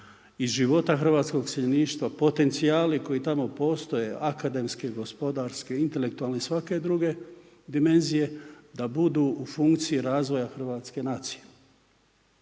iz života hrvatskog iseljeništva, potencijali koji tamo postoje akademske, gospodarske, intelektualne i svake druge dimenzije da budu u funkciji razvoja hrvatske nacije.